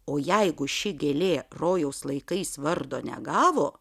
o jeigu ši gėlė rojaus laikais vardo negavo